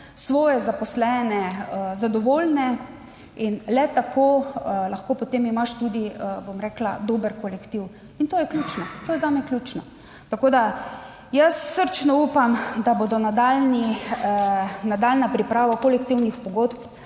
svoje zaposlene zadovoljne. In le tako lahko potem imaš tudi, bom rekla, dober kolektiv, in to je ključno. To je zame ključno. Tako jaz srčno upam, da bo nadaljnja priprava kolektivnih pogodb